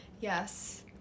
Yes